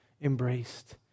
embraced